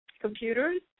computers